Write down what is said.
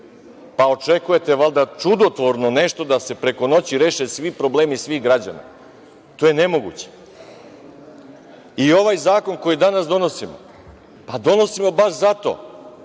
pa očekujete čudotvorno nešto da se preko noći reše svi problemi svih građana. To je nemoguće. Ovaj zakon koji danas donosimo, a donosimo baš zato